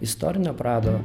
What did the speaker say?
istorinio prado